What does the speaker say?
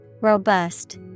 Robust